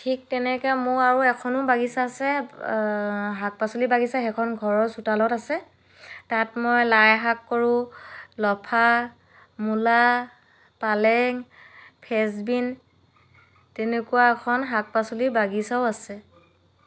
ঠিক তেনেকৈ মোৰ আৰু এখনো বাগিচা আছে শাক পাচলিৰ বাগিচা সেইখন ঘৰৰ চোতালত আছে তাত মই লাই শাক কৰোঁ লফা মূলা পালেং ফ্ৰেন্স বীন তেনেকুৱা এখন শাক পাচলিৰ বাগিচাও আছে